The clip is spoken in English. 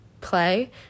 play